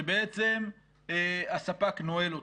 שבעצם הספק נועל אותך.